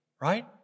right